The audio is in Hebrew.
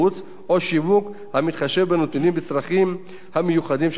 שיווק המתחשב בנתונים ובצרכים המיוחדים של כל אדם,